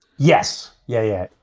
yes. yeah yet,